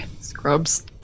Scrubs